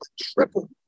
triple